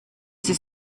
sie